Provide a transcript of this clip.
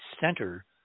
center